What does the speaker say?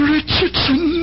Richardson